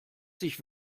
sich